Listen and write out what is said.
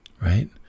right